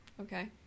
Okay